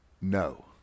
no